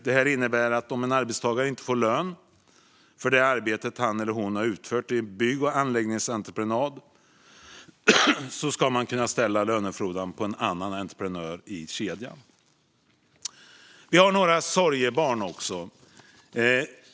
Det innebär att om en arbetstagare inte får lön för det arbete som han eller hon har utfört vid bygg och anläggningsentreprenad ska man kunna ställa lönefordran på en annan entreprenör i kedjan. Vi har också några sorgebarn.